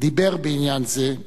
דיבר בעניין זה,